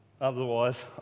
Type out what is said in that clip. Otherwise